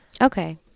Okay